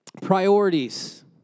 priorities